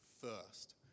first